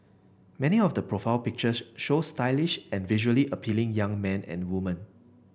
many of the profile pictures show stylish and visually appealing young men and woman